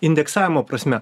indeksavimo prasme